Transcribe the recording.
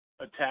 attack